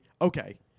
okay –